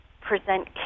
present